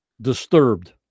disturbed